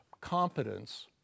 competence